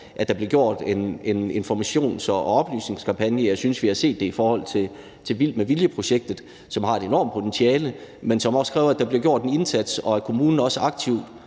at der bliver lavet en informations- og oplysningskampagne. Jeg synes, vi har set det i forbindelse med »Vild Med Vilje«-projektet, som har et enormt potentiale, men som også kræver, at der bliver gjort en indsats, og at kommunen også aktivt